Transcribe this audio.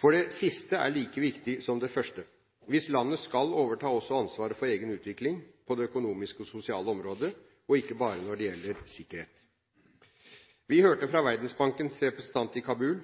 For det siste er like viktig som det første hvis landet skal overta ansvaret for egen utvikling også på det økonomiske og sosiale området og ikke bare når det gjelder sikkerhet. Vi hørte fra Verdensbankens representanter i Kabul